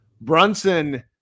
Brunson